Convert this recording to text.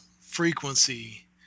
frequency